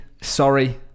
sorry